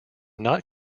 not